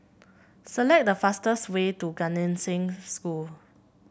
select the fastest way to Gan Eng Seng School